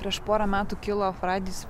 prieš porą metų kilo fraidis